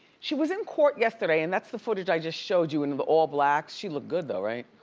she was in court yesterday, and that's the footage i just showed you, in all black. she looked good, though, right?